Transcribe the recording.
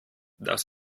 das